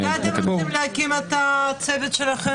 ושירותי דת יהודיים): מתי אתם רוצים להקים את הצוות שלכם?